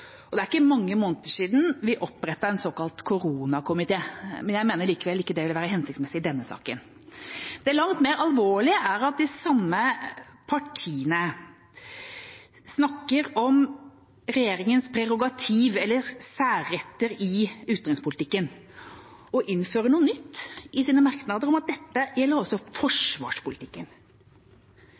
og det er ikke mange måneder siden vi opprettet en såkalt koronakomité. Jeg mener likevel ikke det ville være hensiktsmessig i denne saken. Det langt mer alvorlige er at de samme partiene snakker om regjeringens prerogativ, eller særretter, i utenrikspolitikken og innfører noe nytt i sine merknader om at dette også gjelder forsvarspolitikken.